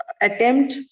attempt